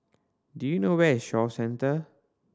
do you know where is Shaw Centre